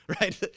Right